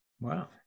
wow